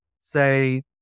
Say